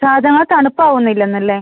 സാധനങ്ങൾ തണുപ്പാവുന്നില്ലെന്നല്ലേ